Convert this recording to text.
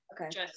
Okay